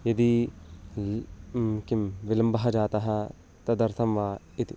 यदि किं विलम्बः जातः तदर्थं वा इति